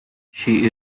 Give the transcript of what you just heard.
she